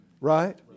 right